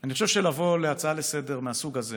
אני חושב שלבוא להצעה לסדר-היום מהסוג הזה